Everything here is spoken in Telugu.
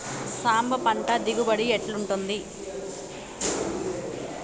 సాంబ పంట దిగుబడి ఎట్లుంటది?